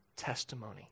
testimony